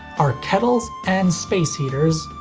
our kettles and space heaters,